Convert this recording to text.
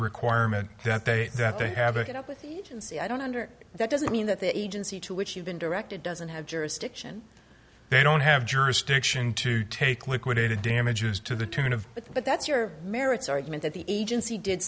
requirement that they that they have it up with you can see i don't that doesn't mean that the agency to which you've been directed doesn't have jurisdiction they don't have jurisdiction to take liquidated damages to the tune of but that's your merits argument that the agency did